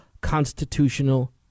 constitutional